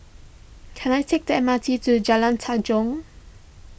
can I take the M R T to Jalan Tanjong